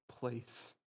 place